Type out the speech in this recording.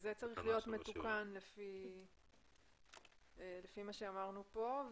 זה צריך להיות מתוקן לפי מה שאמרנו כאן.